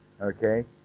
Okay